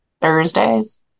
Thursdays